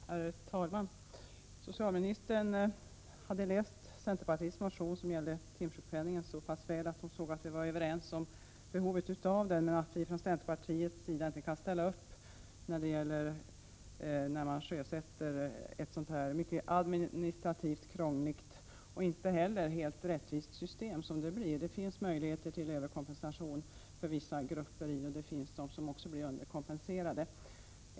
Herr talman! Socialministern hade läst centerpartiets motion om timsjukpenningen så pass väl att hon såg att vi var överens om behovet av den, men att vi från centerpartiets sida inte kan ställa upp när man sjösätter ett administrativt mycket krångligt och inte helt rättvist system, som det här blir. Det ges möjligheter till överkompensation för vissa grupper, och det finns också grupper som blir underkompenserade.